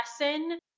lesson